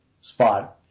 spot